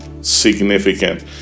significant